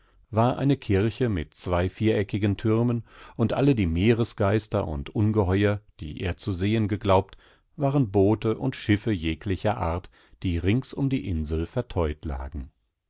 war eine kirche mit zwei viereckigen türmen und alle die meeresgeister und ungeheuer die er zu sehen geglaubt waren boote und schiffejeglicherart dieringsumdieinselvertäutlagen aufderseite die dem